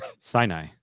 Sinai